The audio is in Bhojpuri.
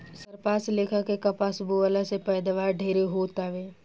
सरपास लेखा के कपास बोअला से पैदावार ढेरे हो तावे